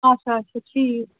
اَچھا اَچھا ٹھیٖک